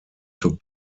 took